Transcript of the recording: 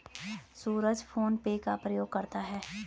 सूरज PhonePe का प्रयोग करता है